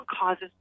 causes